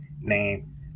name